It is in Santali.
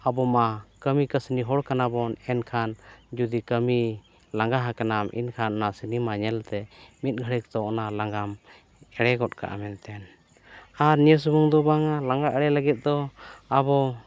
ᱟᱵᱚᱢᱟ ᱠᱟᱹᱢᱤ ᱠᱟᱹᱥᱱᱤ ᱦᱚᱲ ᱠᱟᱱᱟ ᱵᱚᱱ ᱮᱱᱠᱷᱟᱱ ᱡᱩᱫᱤ ᱠᱟᱹᱢᱤ ᱞᱟᱜᱟ ᱟᱠᱟᱱᱟᱢ ᱮᱱᱠᱷᱟᱱ ᱚᱱᱟ ᱥᱤᱱᱮᱢᱟ ᱧᱮᱞᱛᱮ ᱢᱤᱫ ᱜᱷᱟᱹᱲᱤᱡ ᱫᱚ ᱚᱱᱟ ᱞᱟᱜᱟᱢ ᱮᱲᱮ ᱜᱚᱫ ᱠᱟᱜᱼᱟ ᱢᱮᱱᱛᱮᱱ ᱟᱨ ᱱᱤᱭᱟᱹ ᱥᱩᱢᱩᱝ ᱫᱚ ᱵᱟᱝᱼᱟ ᱞᱟᱜᱟ ᱮᱲᱮ ᱞᱟᱹᱜᱤᱫ ᱫᱚ ᱟᱵᱚ